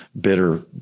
bitter